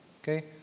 okay